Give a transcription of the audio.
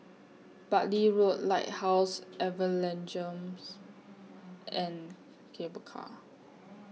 Bartley Road Lighthouse Evangelism and Cable Car